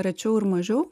rečiau ir mažiau